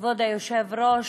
כבוד היושב-ראש,